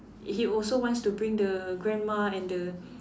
he also wants to bring the grandma and the